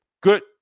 good